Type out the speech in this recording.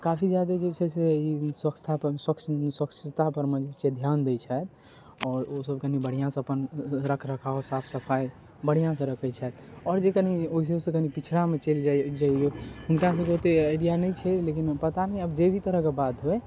काफी जादे जे छै से ई स्वच्छतापर स्वच्छ स्वच्छतापर मे जे छै ध्यान दै छथि आओर ओसब कनी बढ़िआँसँ अपन रख रखाव साफ सफाइ बढ़िआँसँ रखय छथि आओर जे कनी ओहियोसँ कनी पिछड़ामे चलि जइयो हुनका सबके एते आइडिया नहि छै लेकिन पता नहि आब जे भी तरहके बात होइ